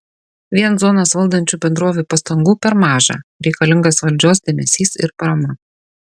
vien zonas valdančių bendrovių pastangų per maža reikalingas valdžios dėmesys ir parama